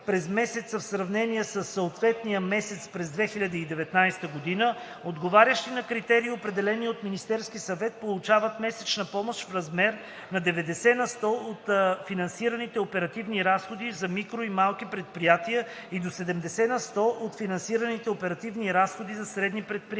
през месеца, в сравнение със съответния месец през 2019 г., отговарящи на критерии, определени от МС, получават месечна помощ в размер на 90 на сто от фиксираните оперативни разходи за микро- и малки предприятия и до 70 на сто от фиксираните оперативни разходи за средни предприятия.